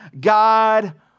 God